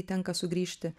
tenka sugrįžti